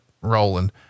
rolling